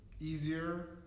easier